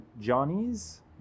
johnny's